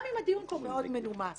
גם אם הדיון פה מאוד מנומס.